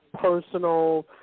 personal